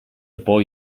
boy